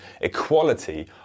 equality